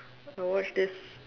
I watched this